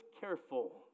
careful